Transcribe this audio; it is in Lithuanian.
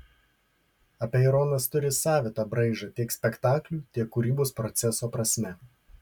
apeironas turi savitą braižą tiek spektaklių tiek kūrybos proceso prasme